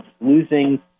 Losing